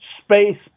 space